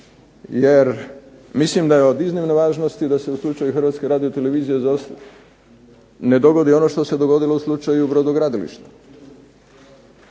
Jer mislim da je od iznimne važnosti da se u slučaju Hrvatske radiotelevizije ne dogodi ono što se dogodilo u slučaju brodogradilišta,